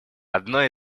одно